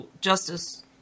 justice